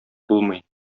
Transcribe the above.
булмый